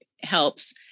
helps